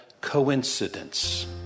coincidence